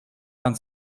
dann